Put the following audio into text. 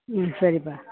ம் சரிப்பா